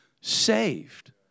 saved